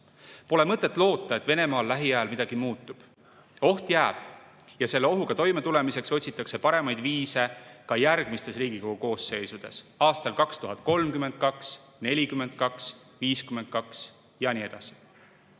Pole mõtet loota, et Venemaal lähiajal midagi muutub. Oht jääb ning selle ohuga toimetulemiseks otsitakse parimaid viise ka järgmistes Riigikogu koosseisudes, aastal 2032, 2042, 2052 ja nii